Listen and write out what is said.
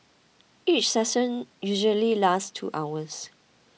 each session usually lasts two hours